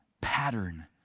pattern